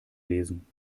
lesen